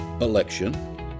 election